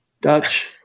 Dutch